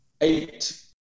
Eight